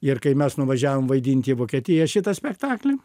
ir kai mes nuvažiavom vaidinti į vokietiją šitą spektaklį